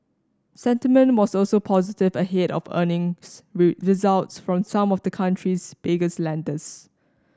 sentiment was also positive ahead of earnings results from some of the country's biggest lenders